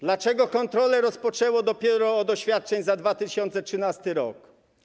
Dlaczego kontrole rozpoczęło dopiero od oświadczeń za 2013 r.